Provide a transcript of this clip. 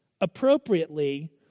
appropriately